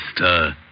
Mr